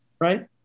right